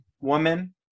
woman